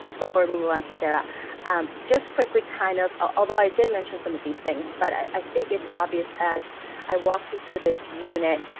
before we move on to sarah just quickly, kind of although i didn't mention some of these things, but i think it's obvious as i walked you through this unit,